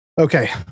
Okay